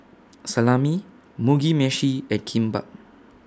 Salami Mugi Meshi and Kimbap